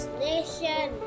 nation